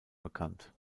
bekannt